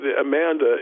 Amanda